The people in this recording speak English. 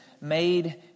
made